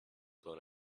blown